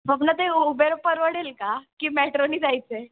हो पण ते उबेर परवडेल का की मॅट्रोनी जायचं आहे